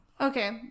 Okay